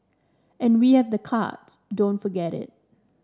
and we have the cards don't forget it